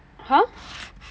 !huh!